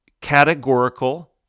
categorical